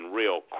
real